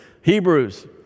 Hebrews